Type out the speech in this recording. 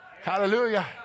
Hallelujah